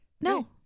no